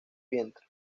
vientre